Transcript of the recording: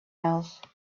else